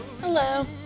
Hello